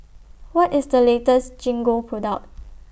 What IS The latest Gingko Product